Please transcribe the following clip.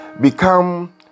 become